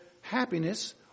happiness